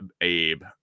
Abe